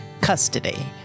custody